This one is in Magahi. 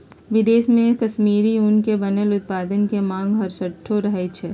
विदेश में कश्मीरी ऊन से बनल उत्पाद के मांग हरसठ्ठो रहइ छै